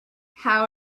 how